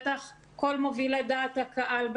בטח כל מובילי דעת הקהל,